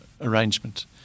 arrangement